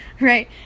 right